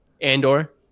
Andor